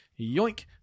yoink